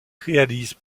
réalise